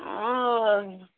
ହଁ